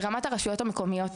פעולה ברשויות המקומיות,